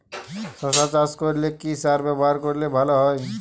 শশা চাষ করলে কি সার ব্যবহার করলে ভালো হয়?